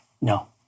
No